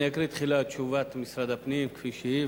אקריא תחילה את תשובת משרד הפנים כפי שהיא,